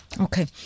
Okay